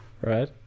right